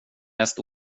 mest